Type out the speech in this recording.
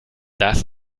das